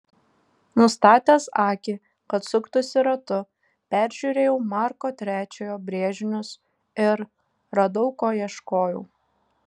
nustatęs akį kad suktųsi ratu peržiūrėjau marko iii brėžinius ir radau ko ieškojau